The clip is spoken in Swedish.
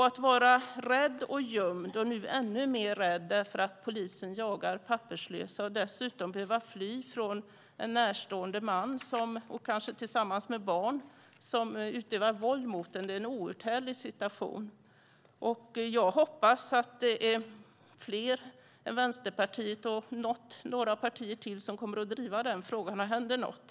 Att vara rädd och gömd, och nu ännu mer rädd därför att polisen jagar papperslösa, och dessutom behöva fly tillsammans med barn från en närstående man som utövar våld mot en, är en outhärdlig situation. Jag hoppas att det är fler än Vänsterpartiet och några partier till som kommer att driva den frågan så att det händer något.